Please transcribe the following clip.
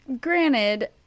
Granted